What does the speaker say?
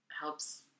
helps